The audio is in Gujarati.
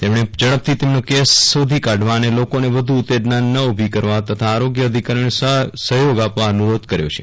તેમણે ઝડપથી તેના કેસ શોધી કાઢવા અને લોકોને વધુ ઉત્તેજના ન ઉભી કરવા તથા આરોગ્ય અધિકારીઓને સહયોગ આપવા અનુરોધ કર્યો છે